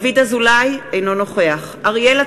אינו נוכח אריאל אטיאס,